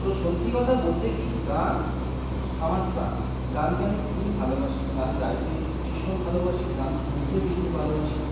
তো সত্যি কথা বলতে কি গান আমার প্রাণ গানকে আমি খুবই ভালোবাসি গান গাইতে ভীষণ ভালোবাসি গান শুনতে ভীষণ ভালোবাসি